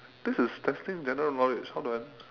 this is testing general knowledge how do I